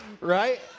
Right